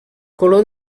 color